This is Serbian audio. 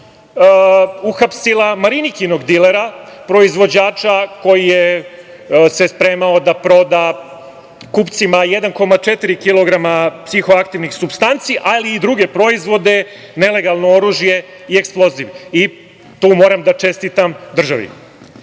uhapsila Marinikinog dilera, proizvođača koji se spremao da proda kupcima 1,4 kg psihoaktivnih supstanci, ali i druge proizvode, nelegalno oružje i eksploziv. Tu moram da čestitam državi. Na